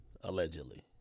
Allegedly